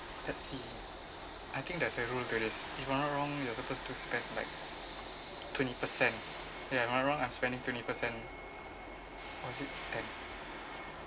let's see I think there's a rule to this if I'm not wrong you're supposed to spend like twenty percent ya if I'm not wrong I'm spending twenty percent or is it ten